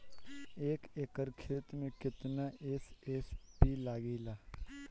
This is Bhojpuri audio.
एक एकड़ खेत मे कितना एस.एस.पी लागिल?